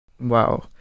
Wow